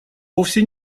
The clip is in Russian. вовсе